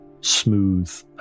smooth